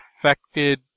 affected